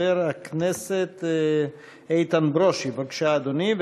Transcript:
חבר הכנסת איתן ברושי, בבקשה, אדוני.